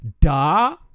da